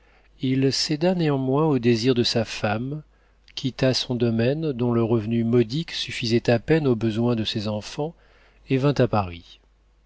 il céda néanmoins aux désirs de sa femme quitta son domaine dont le revenu modique suffisait à peine aux besoins de ses enfants et vint à paris